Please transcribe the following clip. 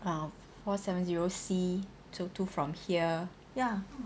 uh four seven zero C so two from here ya